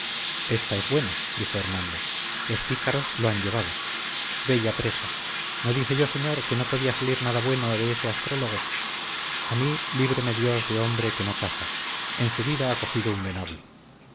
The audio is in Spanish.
esta es buena dijo hernando los pícaros lo han llevado bella presa no dije yo señor que no podía salir nada bueno de ese astrólogo a mí líbreme dios de hombre que no caza en su vida ha cogido un venablo